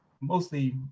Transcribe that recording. mostly